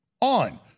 on